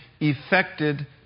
affected